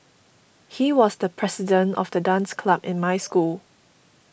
he was the president of the dance club in my school